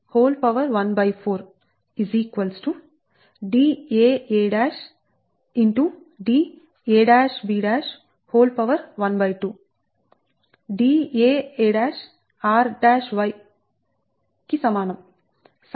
Dbb14 Daa